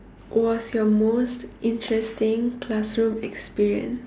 was your most interesting classroom experience